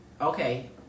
Okay